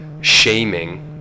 shaming